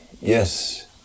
Yes